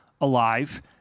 alive